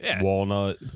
walnut